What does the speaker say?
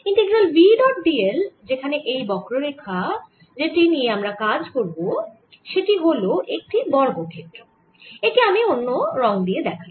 integral v dot d l যেখানে এই বক্ররেখা যেটি নিয়ে আমরা কাজ করব সেটি হল একটি বর্গক্ষেত্র একে আমি একটু অন্য রঙ দিয়ে দেখাই